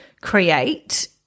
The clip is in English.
create